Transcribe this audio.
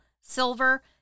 silver